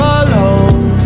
alone